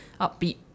upbeat